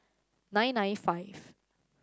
nine nine five